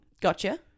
Gotcha